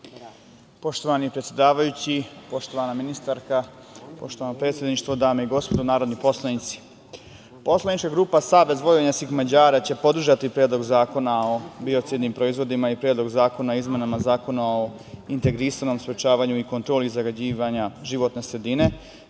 Poštovani predsedavajući, poštovana ministarka, poštovano predsedništvo, dame i gospodo narodni poslanici, poslanička grupa SVM će podržati Predlog zakona o biocidnim proizvodima i Predlog zakona o izmenama Zakona o integrisanom sprečavanju i kontroli zagađivanja životne sredine